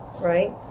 right